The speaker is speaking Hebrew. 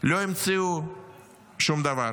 לא המציאו שום דבר.